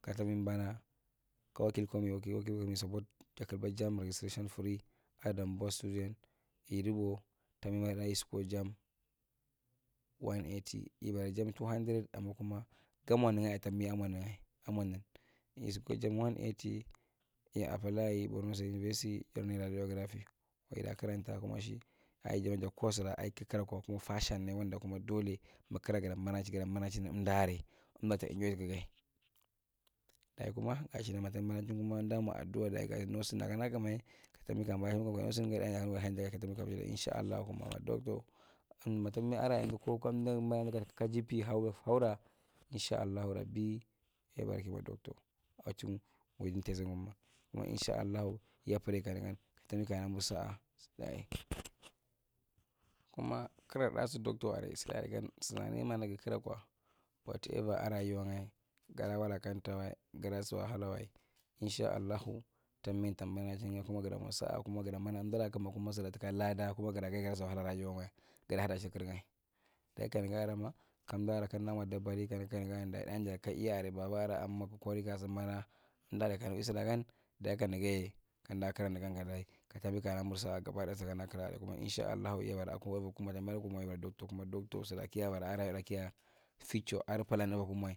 Katambu bana kawae ka wakii kami wakil wakil kaumi support ka kilba jamb registration free a dambuwa student irubo tambi banada yi score jamb ibara jam kuma gamwa nighae tambia mwa nishae amwa nin isikum jam 180 yi apply borno state university jarnai raidography kuma ira kiranta kumo shi ai jama ju kos ra kug kira kwa kuma passion ne wanda kuma dolene mug kira guda banachin emduarae emdurae ta enjoy ta gai dayi kuma azni matambi banachindu kwma emda mwa aduwa daga ka nosin kamdu nagumai katambi kaya bana chin katambi ka inshallahu kama ma doctor ka gp haura inshallahu rabi yabara ki wi doctor achin win ta guguma inshallahu ya prab kanugan ka tumbi kaya namur sa’a kum kira radasur doctor area sulaae gan mikira kwa what ever aa rayuwangae gada wuka kamtawae gdaa sa wahalla wa inshallahu tambi tambana chingae kuma gudamwa saa kuna gudan bana emdura kun sura tuka laada kuma gira gan gada saa wahala rayuwanwa gida hadi shir kir gae dayi kangaramna kamdara kamda mwa dabari kana kanigan dayin jadi ka iya rae baba aren gamwa kokori gasim bana emdu area kawi dayika niganyi kamdaa kira nigun katambi ka namursa’a kuma inshallahi akwa uva kum kwa ma tambi bana kwa yabara wi doctor kuma doctor sura kia future adi plan eva kum wae.